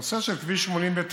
כביש 89,